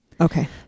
okay